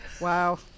Wow